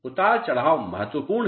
उतार चढ़ाव महत्वपूर्ण है